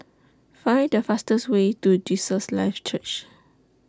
Find The fastest Way to Jesus Lives Church